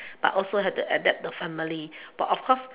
but also have to adapt the family but of course